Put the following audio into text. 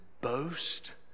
boast